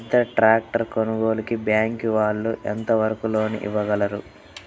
పెద్ద ట్రాక్టర్ కొనుగోలుకి బ్యాంకు వాళ్ళు ఎంత వరకు లోన్ ఇవ్వగలరు?